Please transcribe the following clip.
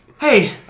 Hey